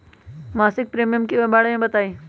मासिक प्रीमियम के बारे मे बताई?